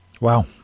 Wow